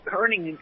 earning